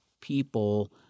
people